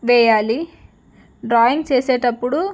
వెయ్యాలి డ్రాయింగ్ చేసేటప్పుడు